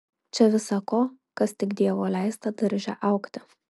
čia visa ko kas tik dievo leista darže augti